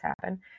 happen